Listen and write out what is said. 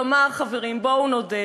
כלומר, חברים, בואו נודה,